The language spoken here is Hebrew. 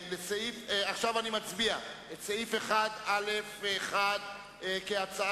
אני מצביע גם על ההסתייגויות לסעיף 1(א)(3), שכן